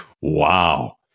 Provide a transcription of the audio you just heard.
wow